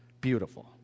Beautiful